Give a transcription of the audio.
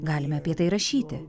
galime apie tai rašyti